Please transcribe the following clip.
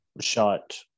shot